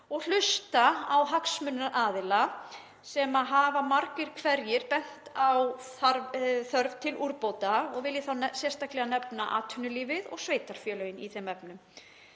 og hlusta á hagsmunaaðila sem hafa margir hverjir bent á þörf á úrbótum og vil ég þar sérstaklega nefna atvinnulífið og sveitarfélögin í þeim efnum.